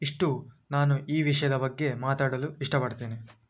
ಇಷ್ಟು ನಾನು ಈ ವಿಷಯದ ಬಗ್ಗೆ ಮಾತಾಡಲು ಇಷ್ಟಪಡ್ತೇನೆ